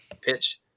pitch